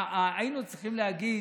היינו צריכים להגיד: